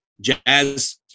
Jazz